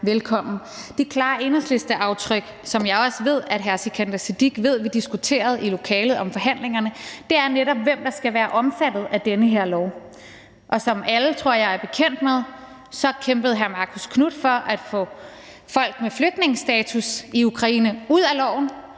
velkommen. Det klare Enhedslisteaftryk, som jeg også ved at hr. Sikandar Siddique ved vi diskuterede i lokalet ved forhandlingerne, er netop, hvem der skal være omfattet af den her lov. Som alle, tror jeg, er bekendt med, kæmpede hr. Marcus Knuth for at få folk med flygtningestatus i Ukraine ud af